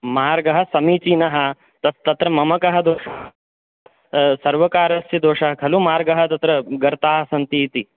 मार्गः समीचीनः तत् तत्र मम कः दोषः सर्वकारस्य दोषः खलु मार्गः तत्र गर्ताः सन्ति इति